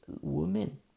woman